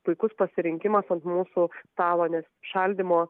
puikus pasirinkimas ant mūsų stalo nes šaldymo